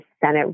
Senate